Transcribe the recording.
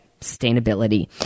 sustainability